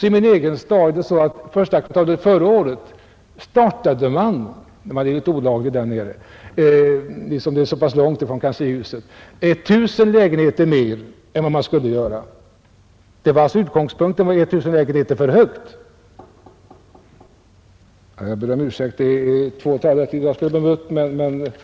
I min egen stad, Göteborg, igångsattes första kvartalet förra året — man är litet olaglig där nere, eftersom det är så långt ifrån Kanslihuset — 1 000 lägenheter mer än man skulle få. Utgångspunkten var alltså 1 000 lägenheter för mycket. Det var ytterligare två talare jag skulle ha bemött, men tiden räcker inte till det.